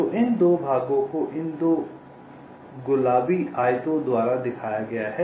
तो इन 2 भागों को इन 2 गुलाबी आयतों द्वारा दिखाया गया है